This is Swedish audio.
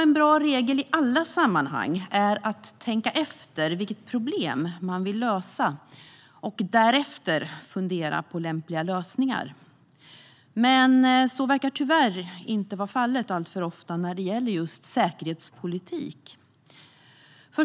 En bra regel i alla sammanhang är att tänka efter vilket problem man vill lösa och därefter fundera på lämpliga lösningar. Men så verkar tyvärr inte vara fallet alltför ofta när det gäller just säkerhetspolitik.